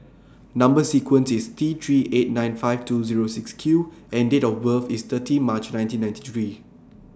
Number sequence IS T three eight nine five two Zero six Q and Date of birth IS thirty March nineteen ninety three